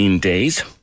days